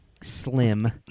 Slim